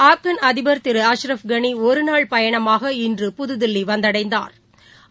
ஆப்கன் அதிபர் திரு அஷ்ரப் கனிஒருநாள் பயணமாக இன்று புதுதில்விவந்தடைந்தாா்